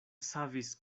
savis